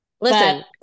listen